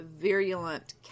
virulent